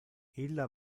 illa